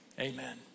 Amen